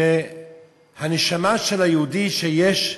שהנשמה של היהודי שיש,